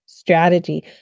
Strategy